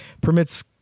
permits